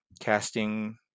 casting